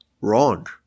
Wrong